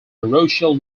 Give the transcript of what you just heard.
parochial